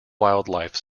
wildlife